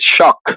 shock